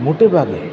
મોટે ભાગે